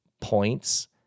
points